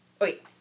Wait